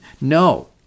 No